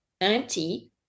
empty